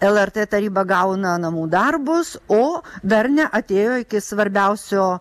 lrt taryba gauna namų darbus o dar neatėjo iki svarbiausio